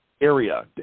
area